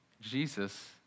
Jesus